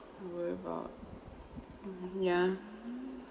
worry about mm yeah